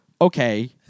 Okay